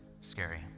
scary